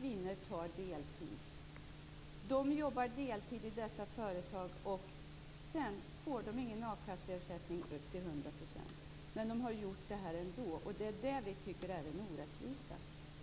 Kvinnor jobbar deltid i dessa företag, och sedan får de ingen a-kasseersättning upp till 100 %. Men de har ändå jobbat. Det tycker vi är en orättvisa.